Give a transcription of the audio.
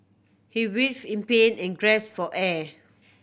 he writhed in pain and gasped for air